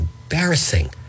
embarrassing